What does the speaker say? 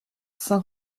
saint